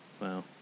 Wow